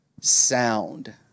Sound